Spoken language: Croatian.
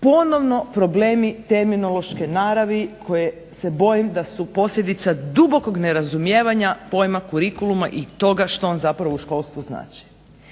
ponovno problemi terminološke naravi koji se bojim da su posljedica dubokog nerazumijevanja pojma curiculluma i toga što on zapravo u školstvu znači.